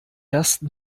ersten